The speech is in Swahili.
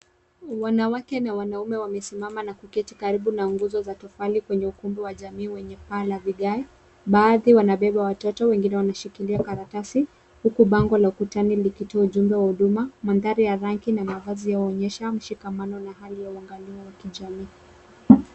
Wanawake na wanaume wamesimama na kuketi karibu na nguzo za tofali kwenye ukumbi wa jamii wenye paa la vigae. Baadhi wanabeba watoto wengine wanashikilia karatasi huku bango la ukutani likitoa ujumbe wa huduma, mandhari ya rangi na mavazi yao yaonyesha mshikamano na hali ya uangaliwa wa kijamii.